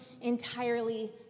entirely